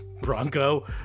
bronco